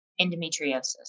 endometriosis